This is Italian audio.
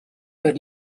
per